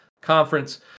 conference